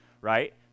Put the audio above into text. right